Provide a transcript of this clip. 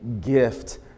gift